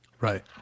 right